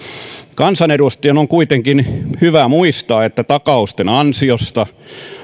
kansanedustajan on kuitenkin hyvä muistaa että takausten ansiosta